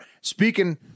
Speaking